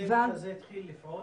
הצוות הזה התחיל לפעול?